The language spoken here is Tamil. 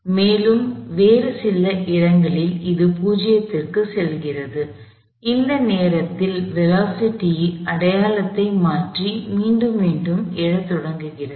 மேலும் வேறு சில இடங்களில் அது 0 க்கு செல்கிறது அந்த நேரத்தில் வேலோஸிட்டி அடையாளத்தை மாற்றி மீண்டும் மீண்டும் எழத் தொடங்குகிறது